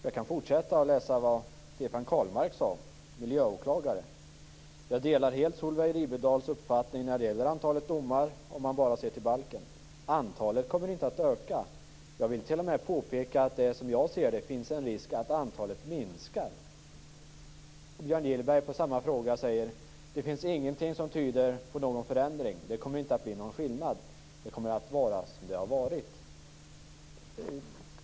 Jag kan fortsätta att läsa vad miljöåklagare Stefan Karlmark sade: "Jag delar helt Solveig Riberdahls uppfattning när det gäller antalet domar om man bara ser till balken. Antalet kommer inte öka. Jag vill t.o.m. påpeka att det, som jag ser det, finns en risk att antalet minskar." På samma fråga säger Björn Gillberg: "Det finns ingenting som tyder på någon förändring. Det kommer inte att bli någon skillnad. Det kommer att vara som det har varit."